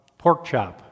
Porkchop